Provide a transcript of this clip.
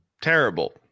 Terrible